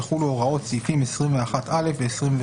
זה